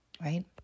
right